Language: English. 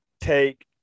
take –